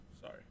sorry